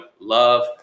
love